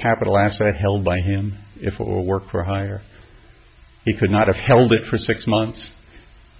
capital asset held by him if for work or hire he could not have held it for six months